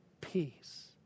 peace